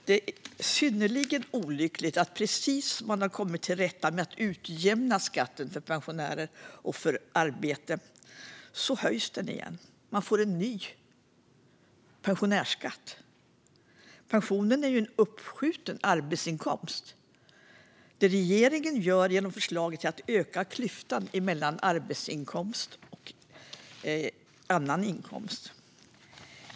Det är synnerligen olyckligt att precis när man har kommit till rätta med skatteskillnaderna mellan pensioner och arbete höjs skatten igen, och man får en ny pensionärsskatt. Pensionen är ju en uppskjuten arbetsinkomst. Det som regeringen gör genom förslaget är att öka klyftan mellan arbetsinkomst och annan inkomst.